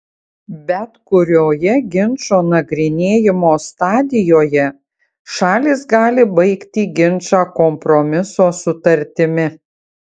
bet kurioje ginčo nagrinėjimo stadijoje šalys gali baigti ginčą kompromiso sutartimi